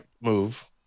move